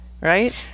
Right